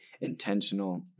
intentional